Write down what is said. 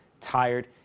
tired